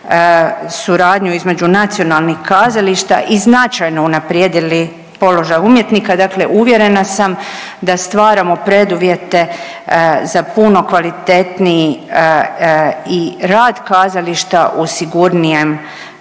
suradnju između nacionalnih kazališta i značajno unaprijedili položaj umjetnika, dakle uvjerena sam da stvaramo preduvjete za puno kvalitetniji i rad kazališta u sigurnijem